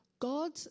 God